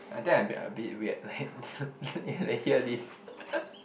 I think I a bit a bit weird like if they hear this